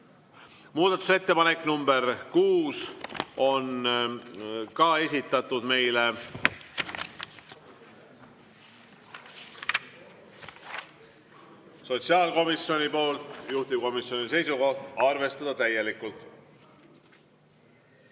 muudatusettepaneku nr 6 on esitanud meile sotsiaalkomisjon, juhtivkomisjoni seisukoht: arvestada täielikult.